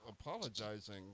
apologizing